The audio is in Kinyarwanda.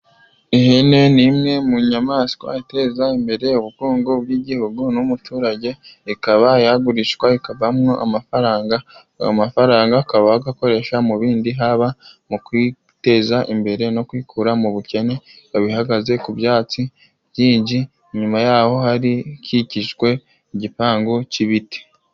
Ihene ni imwe mu nyamaswa iteza imbere ubukungu bw'igihugu n'umuturage, ikaba yagurishwa ikavamwo amafaranga, ayo mafaranga ukaba wayakoresha mu bindi haba mu kwiteza imbere no kwikura mu bukene, ikaba ihagaze ku byatsi byinshi inyuma y'aho hari ikikijwe n'igipangu cy'ibiti.